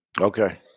Okay